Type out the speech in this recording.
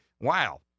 wow